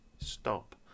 Stop